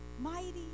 mighty